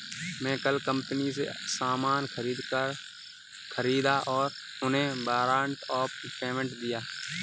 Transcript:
मैं कल कंपनी से सामान ख़रीदा और उन्हें वारंट ऑफ़ पेमेंट दिया